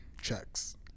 Checks